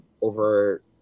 over